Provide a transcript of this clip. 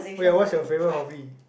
oh ya what's your favourite hobby